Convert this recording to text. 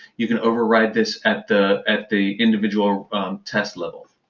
you can override this at the at the individual test levels.